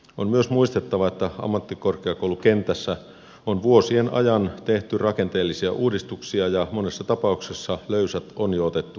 on myös muistettava että ammattikorkeakoulukentässä on vuosien ajan tehty rakenteellisia uudistuksia ja monessa tapauksessa löysät on jo otettu pois